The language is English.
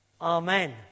Amen